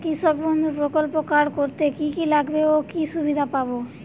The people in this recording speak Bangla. কৃষক বন্ধু প্রকল্প কার্ড করতে কি কি লাগবে ও কি সুবিধা পাব?